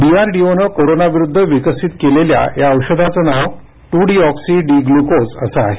डीआरडीओनं कोरोनाविरुद्ध विकसित केलेल्या या औषधाचं नाव ट्र डीऑक्सी डी ग्लुकोज असं आहे